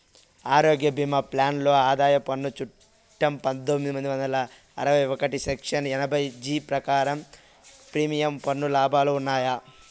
ఆరోగ్య భీమా ప్లాన్ లో ఆదాయ పన్ను చట్టం పందొమ్మిది వందల అరవై ఒకటి సెక్షన్ ఎనభై జీ ప్రకారం ప్రీమియం పన్ను లాభాలు ఉన్నాయా?